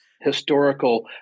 historical